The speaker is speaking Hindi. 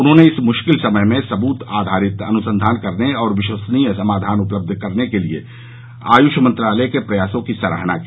उन्होंने इस मुश्किल समय में सबूत आधारित अनुसंधान करने और विश्वसनीय समाधान उपलब्ध कराने के लिए आयुष मंत्रालय के प्रयासों की सराहना की